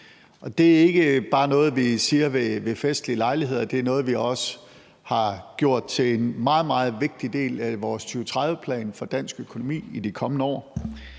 Det er ikke bare noget, vi siger ved festlige lejligheder. Det er noget, vi også har gjort til en meget, meget vigtig del af vores 2030-plan for dansk økonomi i de kommende år.